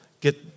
get